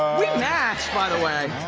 we match, by the way.